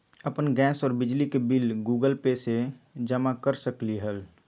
अपन गैस और बिजली के बिल गूगल पे से जमा कर सकलीहल?